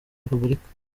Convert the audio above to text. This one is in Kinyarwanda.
repubulika